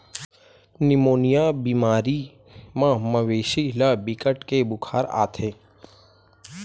pneumonia बेमारी म मवेशी ल बिकट के बुखार आथे